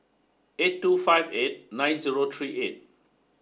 eight two five eight nine zero three eight